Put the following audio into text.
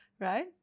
Right